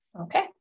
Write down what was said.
Okay